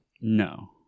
No